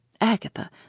Agatha